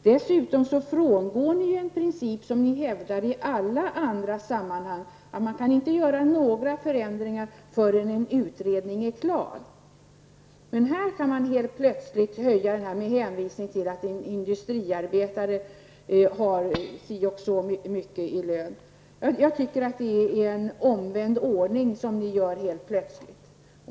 Dessutom frångår ni en princip som ni hävdar i alla andra sammanhang, nämligen den principen att det inte går att vidta några förändringar förrän en utredning har gjorts. Här kan man helt plötsligt höja en ersättning med hänvisning till att en industriarbetare har si och så mycket i lön. Det är plötsligt en omvänd ordning som ni går efter.